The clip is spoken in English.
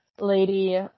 Lady